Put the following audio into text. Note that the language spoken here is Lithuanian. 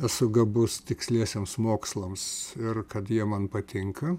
esu gabus tiksliesiems mokslams ir kad jie man patinka